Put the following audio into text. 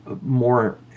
more